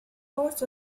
part